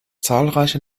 zahlreiche